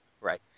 right